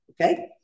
okay